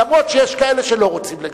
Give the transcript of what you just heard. אף-על-פי שיש כאלה שלא רוצים לגשר.